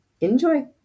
enjoy